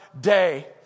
day